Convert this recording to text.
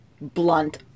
blunt